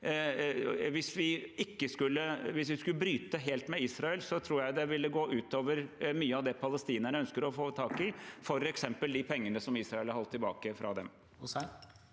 Hvis vi skulle bryte helt med Israel, tror jeg det ville gå ut over mye av det palestinerne ønsker å få tak i, f.eks. de pengene Israel har holdt tilbake fra dem.